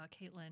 Caitlin